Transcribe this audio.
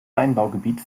weinanbaugebiet